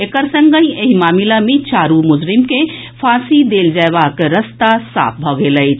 एकर संगहि एहि मामिला मे चारु मुजरिम के फांसी देल जएबाक रास्ता साफ भऽ गेल अछि